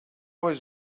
was